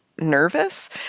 nervous